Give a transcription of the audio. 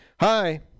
hi